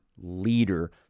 leader